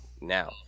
now